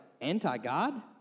anti-God